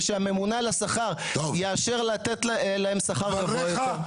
ושהממונה על השכר יאפשר לתת להם שכר גבוה יותר.